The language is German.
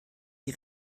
die